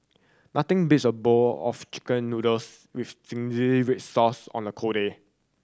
nothing beats a bowl of Chicken Noodles with zingy red sauce on the cold day